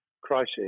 crisis